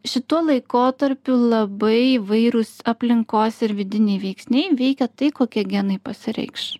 šituo laikotarpiu labai įvairūs aplinkos ir vidiniai veiksniai veikia tai kokie genai pasireikš